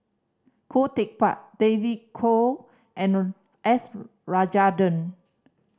Khoo Teck Puat David Kwo and S Rajendran